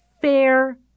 fair